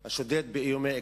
השודד, באיומי אקדח,